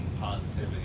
positivity